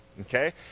okay